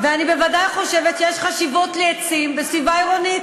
אני בוודאי חושבת שיש חשיבות לעצים בסביבה עירונית,